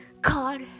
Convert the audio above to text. God